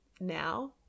now